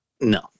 No